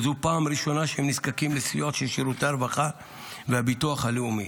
וזאת פעם ראשונה שהם נזקקים לסיוע של שירותי הרווחה והביטוח הלאומי.